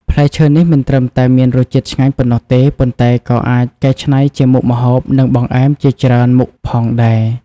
ផ្លែឈើនេះមិនត្រឹមតែមានរសជាតិឆ្ងាញ់ប៉ុណ្ណោះទេ ប៉ុន្តែក៏អាចកែច្នៃជាមុខម្ហូប និងបង្អែមជាច្រើនមុខផងដែរ។